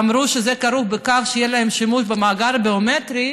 ואמרו שזה כרוך בכך שיהיה להם שימוש במאגר הביומטרי.